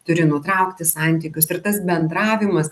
turi nutraukti santykius ir tas bendravimas